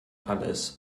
alles